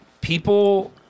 people